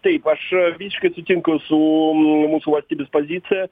taip aš visiškai sutinku su mūsų valstybės pozicija